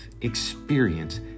experience